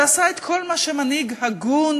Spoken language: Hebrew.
שעשה את כל מה שמנהיג הגון,